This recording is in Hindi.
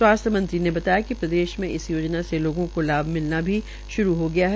स्वास्थ्य मंत्री ने बताया कि प्रदेश में इस योजना से लोगों को लाभ मिलना भी श्रू हो गया है